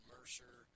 Mercer